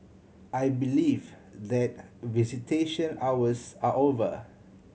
I believe that visitation hours are over